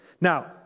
Now